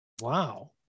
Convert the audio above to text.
Wow